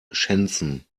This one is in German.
shenzhen